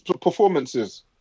performances